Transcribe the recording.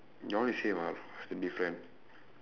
all is same [what] to be frank